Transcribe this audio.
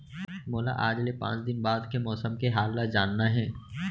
मोला आज ले पाँच दिन बाद के मौसम के हाल ल जानना हे?